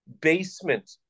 basement